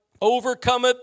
overcometh